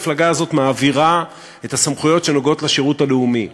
המפלגה הזאת מעבירה את הסמכויות שנוגעות לשירות הלאומי,